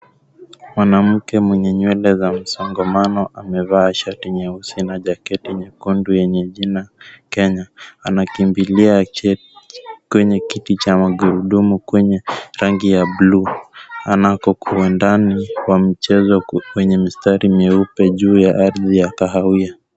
Mwanamke mwenye nywele za msongamano amevaa shati nyeusi na jaketi nyekundu yenye jina Kenya. Anakimbilia cheti kwenye kiti cha magurudumu kwenye rangi ya bluu. Anakokwenda kwa mchezo kwenye mistari myeupe juu ya ardhi ya kahawia.